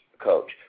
coach